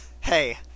Hey